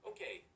Okay